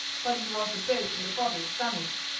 but it was the dope in the bottles done it.